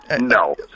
No